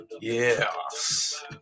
Yes